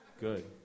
Good